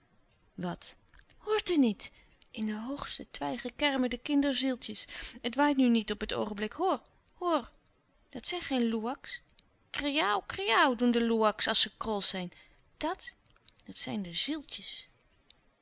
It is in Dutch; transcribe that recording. wat hoort u niet in de hoogste twijgen kermen de kinderzieltjes het waait nu niet op het oogenblik hoor hoor dat zijn geen loeaks kriauw kriauw doen de loeaks als ze krolsch zijn dat dat zijn de zieltjes